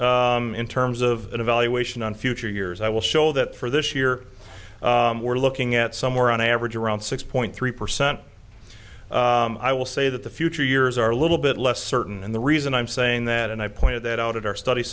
flux in terms of an evaluation on future years i will show that for this year we're looking at somewhere on average around six point three percent i will say that the future years are a little bit less certain and the reason i'm saying that and i pointed that out in our study